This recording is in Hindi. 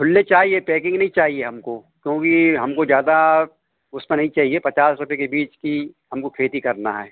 खुले चाहिए पैकिंग नहीं चाहिए हमको क्योंकि हमको ज़्यादा उसपर नहीं चाहिए पचास रुपये के बीज की हमको खेती करना है